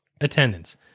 attendance